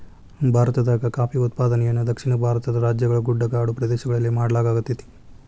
ಭಾರತದಾಗ ಕಾಫಿ ಉತ್ಪಾದನೆಯನ್ನ ದಕ್ಷಿಣ ಭಾರತದ ರಾಜ್ಯಗಳ ಗುಡ್ಡಗಾಡು ಪ್ರದೇಶಗಳಲ್ಲಿ ಮಾಡ್ಲಾಗತೇತಿ